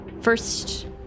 first